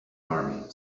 army